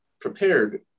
prepared